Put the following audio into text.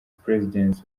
president